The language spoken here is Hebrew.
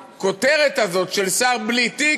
הכותרת הזאת היא של שר בלי תיק,